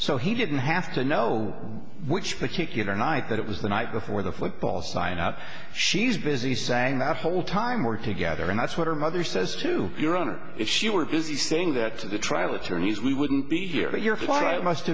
so he didn't have to know which particular night that it was the night before the football sign up she's busy saying that whole time we're together and that's what her mother says to your honor if she were busy saying that the trial attorneys we wouldn't be